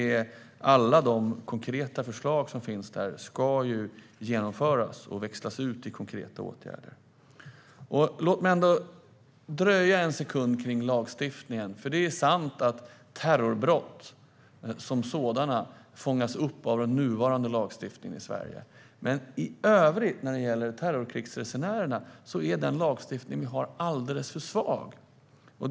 Alla de konkreta förslag som finns där ska genomföras och växlas ut i konkreta åtgärder. Låt mig ändå dröja en sekund vid lagstiftningen. Det är nämligen sant att terrorbrott som sådana fångas upp av den nuvarande lagstiftningen i Sverige, men i övrigt när det gäller terrorkrigsresenärerna är den lagstiftning vi har alldeles för svag.